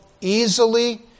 easily